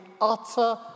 utter